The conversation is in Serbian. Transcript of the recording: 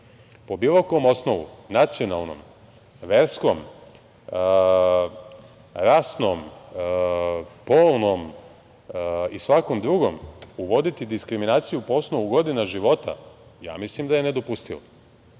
po bilo osnovu, nacionalnom, verskom, rasnom, polnom i svakom drugom uvoditi diskriminaciju po osnovu godina života, ja mislim da je nedopustivo. Mi